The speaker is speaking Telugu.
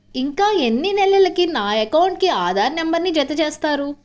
ఇంకా ఎన్ని నెలలక నా అకౌంట్కు ఆధార్ నంబర్ను జత చేస్తారు?